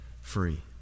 free